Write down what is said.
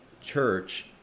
church